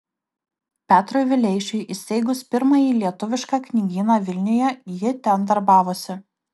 petrui vileišiui įsteigus pirmąjį lietuvišką knygyną vilniuje ji ten darbavosi